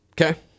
Okay